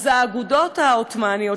האגודות העות'מאניות